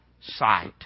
sight